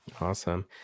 Awesome